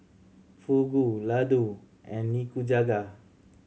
Fugu Ladoo and Nikujaga